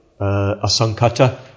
asankata